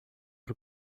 por